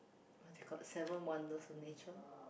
they got seven wonders of nature